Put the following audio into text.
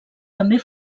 també